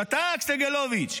שתק סגלוביץ',